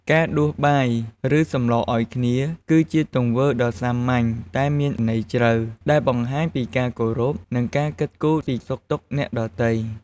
ការដួសបាយ ឬសម្លរឲ្យគ្នា នេះជាទង្វើដ៏សាមញ្ញតែមានន័យជ្រៅ ដែលបង្ហាញពីការគោរព និងការគិតគូរពីសុខទុក្ខអ្នកដទៃ។